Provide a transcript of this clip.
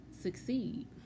succeed